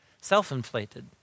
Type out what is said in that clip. self-inflated